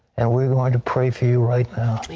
and we are going to pray for you right now.